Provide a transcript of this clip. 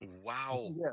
Wow